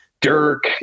Dirk